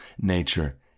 nature